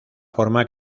forma